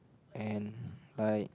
and like